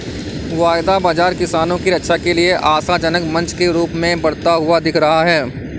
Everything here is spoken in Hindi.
वायदा बाजार किसानों की रक्षा के लिए आशाजनक मंच के रूप में बढ़ता हुआ दिख रहा है